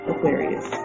Aquarius